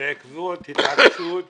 בעקבות התערבות ברושי.